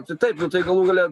tai taip nu tai galų gale